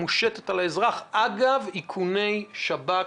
אגב איכוני שב"כ,